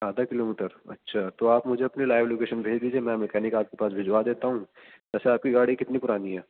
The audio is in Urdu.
آدھا کلو میٹر اچھا تو آپ مجھے اپنی لائیو لوکیشن بھیج دیجیئے میں مکینک آپ کے پاس بھجوا دیتا ہوں ویسے آپ کی گاڑی کتنی پرانی ہے